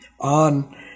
on